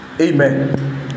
Amen